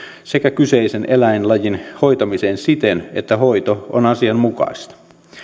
sekä kyseisen eläinlajin hoitamiseen siten että hoito on asianmukaista